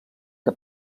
que